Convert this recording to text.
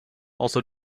also